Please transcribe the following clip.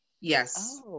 Yes